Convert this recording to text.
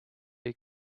you